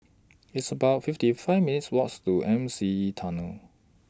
It's about fifty one minutes' Walk to M C E Tunnel